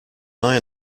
neue